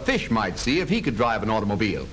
a fish might see if he could drive an automobile